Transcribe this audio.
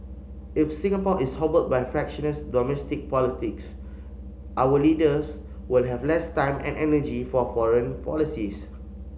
if Singapore is hobbled by fractious domestic politics our leaders will have less time and energy for foreign policies